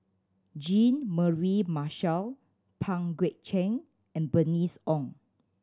Jean Mary Marshall Pang Guek Cheng and Bernice Ong